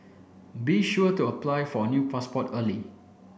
be sure to apply for a new passport early